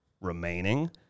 remaining